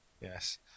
Yes